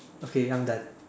okay I'm done